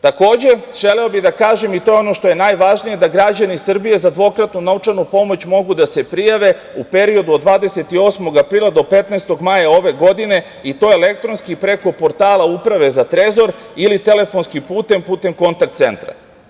Takođe, želeo bih da kažem, i to je ono najvažnije, da građani Srbije za dvokratnu novčanu pomoć mogu da se prijave u periodu od 28. aprila do 15. maja ove godine, i to elektronski preko portala Uprave za trezor ili telefonskim putem, putem kontakt centra.